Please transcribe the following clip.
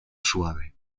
suave